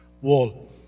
wall